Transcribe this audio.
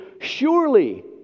Surely